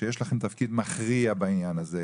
שיש לכם תפקיד מכריע בעניין הזה,